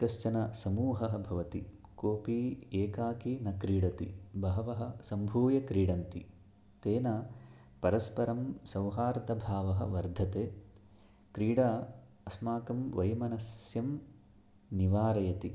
कश्चन समूहः भवति कोऽपि एकाकी न क्रीडति बहवः सम्भूय क्रीडन्ति तेन परस्परं सौहार्दभावः वर्धते क्रीडा अस्माकं वैमनस्यं निवारयति